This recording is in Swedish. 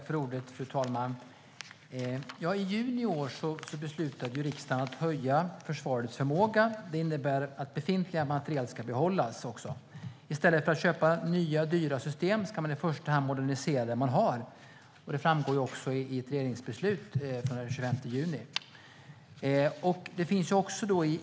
Fru talman! I juni i år beslutade riksdagen att höja försvarets förmåga. Det innebär att befintliga materiel ska behållas. I stället för att köpa nya dyra system ska man i första hand modernisera det man har. Det framgår också i ett regeringsbeslut från den 25 juni.